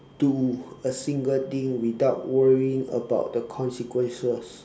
do a single thing without worrying about the consequences